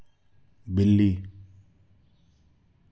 बिल्ली